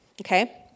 Okay